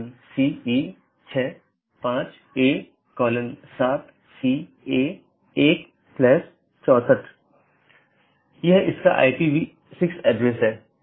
इसलिए हर कोई दुसरे को जानता है या हर कोई दूसरों से जुड़ा हुआ है